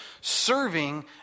serving